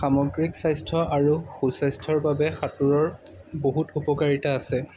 সামগ্ৰীক স্বাস্থ্য আৰু সু স্বাস্থ্যৰ বাবে সাঁতোৰৰ বহুত উপকাৰিতা আছে